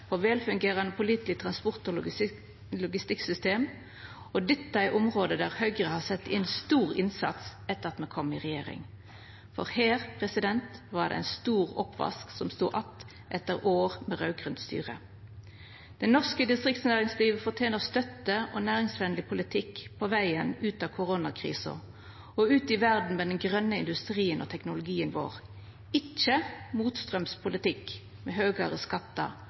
på velfungerande og pålitelege transport- og logistikksystem. Dette er område der Høgre har sett inn stor innsats etter at me kom i regjering, for her var det ein stor oppvask som stod att etter år med raud-grønt styre. Det norske distriktsnæringslivet fortener støtte og næringsvenleg politikk på vegen ut av koronakrisa og ut i verda med den grøne industrien og teknologien vår, ikkje motstraums politikk med høgare skattar